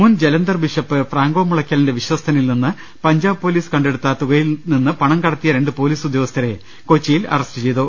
മുൻ Jalandhar bishop Franco മുളയ്ക്കലിന്റെ വിശ്വസ്തനിൽ നിന്ന് പഞ്ചാബ് പൊലീസ് കണ്ടെടുത്ത തുകയിൽ നിന്ന് പണം കടത്തിയ രണ്ട് പൊലീസ് ഉദ്യോഗസ്ഥരെ കൊച്ചിയിൽ അറസ്റ്റ് ചെയ്തു